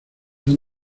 han